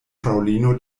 fraŭlino